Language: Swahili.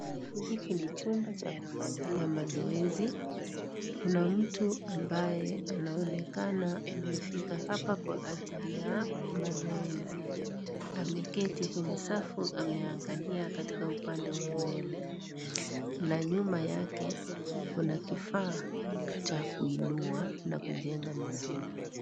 Hiki ni chumba cha kufanyia mazoezi, kuna mtu ambaye anaonekana amefika hapa kwa ajili ya mazoezi. Ameketi kwenye safu. Ameangalia katika upande wa mbele na nyuma yake kuna kifaa cha kuinua na kujenga misuli.